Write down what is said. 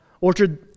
Orchard